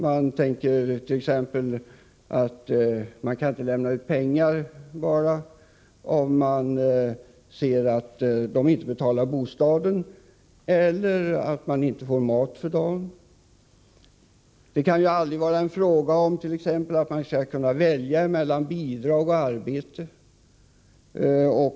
Man skall inte bara lämna ut pengar om de hjälpsökande inte kan betala hyra eller köpa mat för dagen. Det kan aldrig vara fråga om att man skall kunna välja mellan bidrag och arbete.